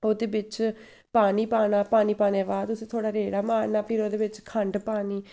ओह्दे बिच्च पानी पाना पानी पाने दे बाद उस्सी थोड़ा रेड़ा मारना फिर ओह्दे बिच्च खंड पानी